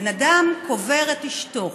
בן אדם קובר את אשתו,